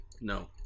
no